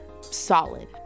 solid